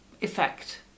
effect